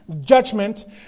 judgment